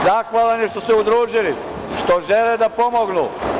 Zahvalan je što su se udružili, što žele da pomognu.